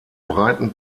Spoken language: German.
breiten